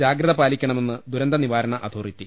ജാഗ്രത പാലിക്ക ണമെന്ന് ദുരന്തനിവാരണ അതോറിറ്റി